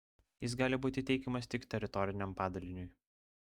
jis gali būti teikiamas tik teritoriniam padaliniui